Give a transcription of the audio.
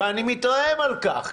ואני מתרעם על כך,